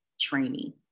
training